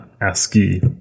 ASCII